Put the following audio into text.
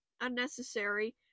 unnecessary